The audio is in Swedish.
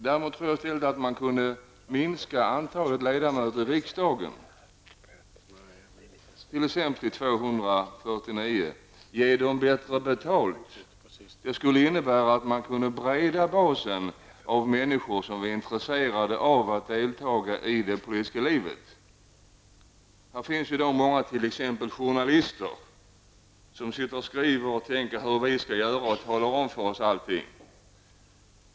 Däremot tror jag att man skulle kunna minska antalet ledamöter i riksdagen, t.ex. till 249, och ge dem bättre betalt. Det skulle innebära att man kunde bredda basen av människor som var intresserade av att delta i det politiska livet. Det finns ju t.ex. många journalister som sitter och skriver om hur vi skall göra och som talar om allting för oss.